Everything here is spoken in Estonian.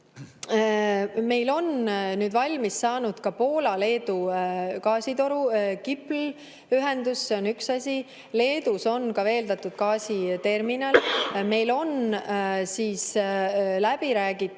meil on nüüd valmis saanud ka Poola–Leedu gaasitoru GIPL-i ühendus. See on üks asi. Leedus on ka veeldatud gaasi terminal. Meil on läbi räägitud